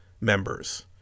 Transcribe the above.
members